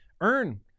earn